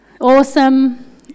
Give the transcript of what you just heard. Awesome